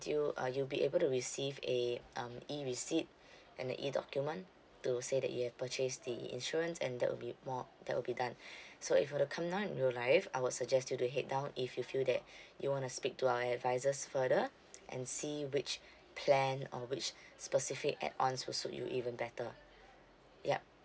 you uh you'll be able to receive a um E receipt and a E document to say that you have purchased the insurance and that will be more that will be done so if you were to come down in real life I would suggest you to head down if you feel that you want to speak to our advisors further and see which plan or which specific add ons will suit you even better yup